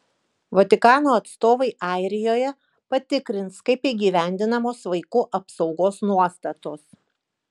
vatikano atstovai airijoje patikrins kaip įgyvendinamos vaikų apsaugos nuostatos